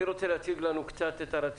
מי רוצה להציג לנו את הרציונל?